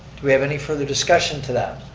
do we have any further discussion to that?